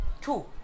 two